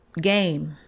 game